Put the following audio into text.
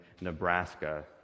Nebraska